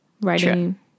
Writing